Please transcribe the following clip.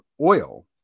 oil